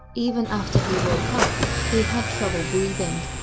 even after he woke up, he had trouble breathing,